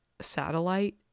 satellite